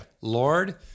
Lord